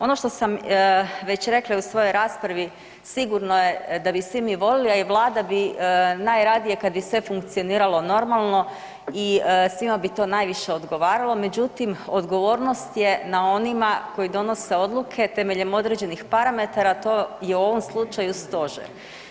Ono što sam već rekla i u svojoj raspravi sigurno je da bi svi mi volili, a i Vlada bi najradije kad bi sve funkcioniralo normalno i svima bi to najviše odgovaralo, međutim odgovornost je na onima koji donose odluke temeljem određenih parametara, a to je u ovom slučaju stožer.